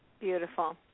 Beautiful